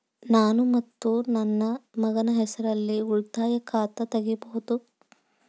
ನಾನು ಮತ್ತು ನನ್ನ ಮಗನ ಹೆಸರಲ್ಲೇ ಉಳಿತಾಯ ಖಾತ ತೆಗಿಬಹುದ?